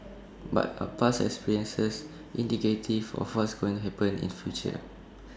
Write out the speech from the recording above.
but are past experiences indicative of what's going happen in future